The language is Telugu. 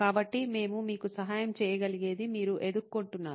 కాబట్టి మేము మీకు సహాయం చేయగలిగేది మీరు ఎదుర్కొంటున్నారా